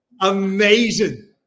Amazing